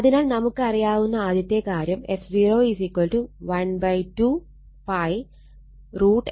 അതിനാൽ നമുക്കറിയാവുന്ന ആദ്യത്തെ കാര്യം f012π √LC എന്നതാണ്